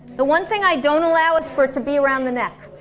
the one thing i don't allow is for it to be around the neck